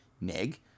neg